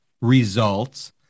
results